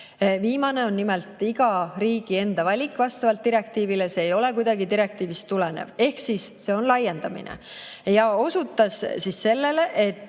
Viimane on nimelt iga riigi enda valik vastavalt direktiivile, see ei ole kuidagi direktiivist tulenev, ehk see on laiendamine. Ta osutas sellele, et